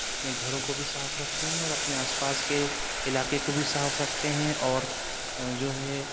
اپنے گھروں کو بھی صاف رکھتے ہیں اور اپنے آس پاس کے علاقہ کو بھی صاف رکھتے ہیں اور جو ہے